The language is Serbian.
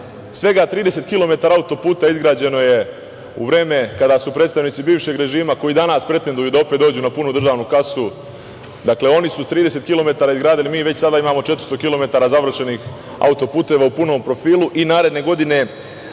kilometara autoputa izgrađeno je u vreme kada su predstavnici bivšeg režima, koji danas pretenduju da opet dođu na punu državnu kasu, oni su 30 kilometara izgradili, a mi već sada imamo 400 kilometara završenih autoputeva u punom profilu. Naredne godine